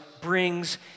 brings